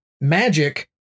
magic